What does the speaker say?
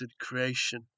creation